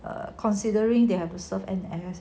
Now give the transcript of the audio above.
are considering they have to serve N_S